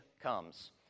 comes